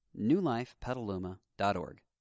newlifepetaluma.org